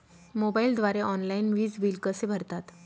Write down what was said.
मोबाईलद्वारे ऑनलाईन वीज बिल कसे भरतात?